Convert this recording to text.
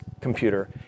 computer